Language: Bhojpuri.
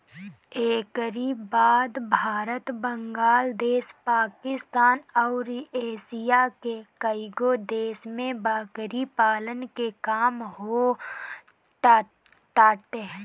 एकरी बाद भारत, बांग्लादेश, पाकिस्तान अउरी एशिया के कईगो देश में बकरी पालन के काम होताटे